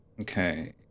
Okay